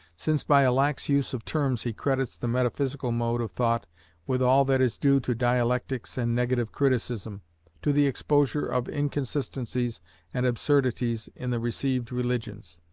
since by a lax use of terms he credits the metaphysical mode of thought with all that is due to dialectics and negative criticism to the exposure of inconsistencies and absurdities in the received religions.